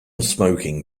smoking